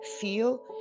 feel